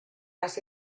las